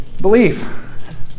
Belief